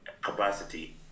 capacity